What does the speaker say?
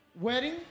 wedding